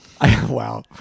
Wow